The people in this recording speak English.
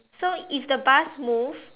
so if the bus move